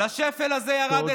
לשפל הזה ירדת?